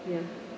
ya